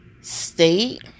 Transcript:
state